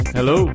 Hello